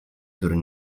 który